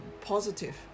positive